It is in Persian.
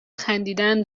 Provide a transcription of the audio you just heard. خندیدن